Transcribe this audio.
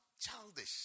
childish